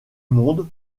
monde